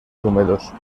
húmedos